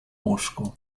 łóżku